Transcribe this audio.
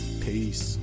Peace